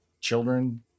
children